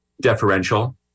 deferential